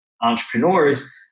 entrepreneurs